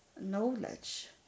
knowledge